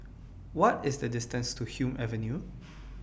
What IS The distances to Hume Avenue